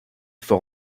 faut